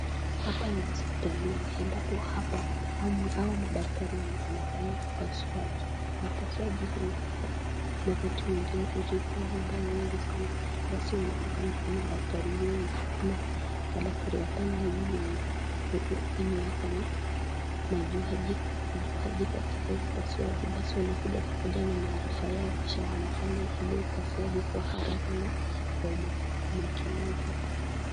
Hapa ni hospitalini ambapo hapa hawa madaktari wanafanya upasuaji, upasuaji huu wakati mwingine ujukuwa muda mwingi sana pasi wanaungana kama madaktari wengi ama madaktari watano hivi wenye wako na ujuaji katika upasuaji, pasi wanakuja na umarifa yao kisha wanafanya upasuaji wao kwa na haraka na kwa umakinifu.